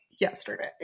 yesterday